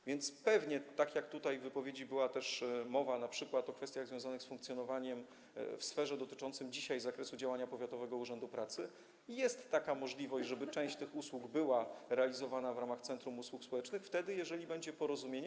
A więc, pewnie - tutaj w wypowiedzi była mowa np. o kwestiach związanych z funkcjonowaniem w sferze dotyczącej dzisiaj zakresu działania powiatowego urzędu pracy - jest możliwość, żeby część tych usług była realizowana w ramach centrum usług społecznych, jeżeli będzie porozumienie.